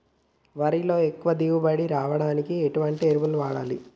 వరిలో ఎక్కువ దిగుబడి రావడానికి ఎటువంటి ఎరువులు వాడాలి?